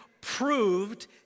proved